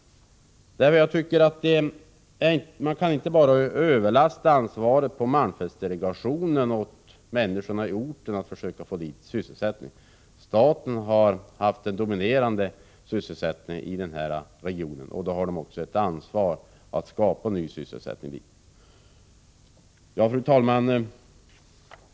Vi kan inte lasta över ansvaret för att försöka få sysselsättning till Svappavaara på malmfältsdelegationen och människorna på orten. Staten har stått för den dominerande sysselsättningen i denna region, och då har staten också ett ansvar för att ordna ny sysselsättning dit. Fru talman!